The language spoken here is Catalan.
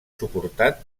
suportat